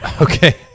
Okay